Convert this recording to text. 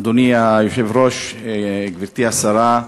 אדוני היושב-ראש, גברתי השרה,